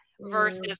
versus